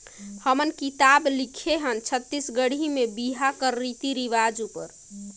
हमन किताब लिखे हन छत्तीसगढ़ी में बिहा कर रीति रिवाज उपर